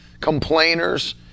complainers